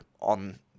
on